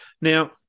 Now